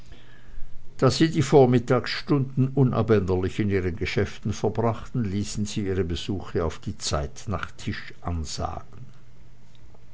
da sie die vormittagsstunden unabänderlich in ihren geschäften verbrachten ließen sie ihre besuche auf die zeit nach tisch ansagen